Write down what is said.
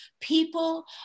People